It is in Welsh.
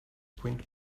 pwynt